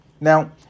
Now